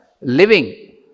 living